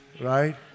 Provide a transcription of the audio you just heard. right